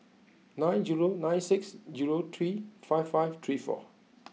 nine zero nine six zero three five five three four